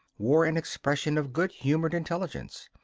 wore an expression of good-humored intelligence,